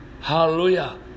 hallelujah